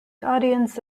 audience